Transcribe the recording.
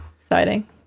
exciting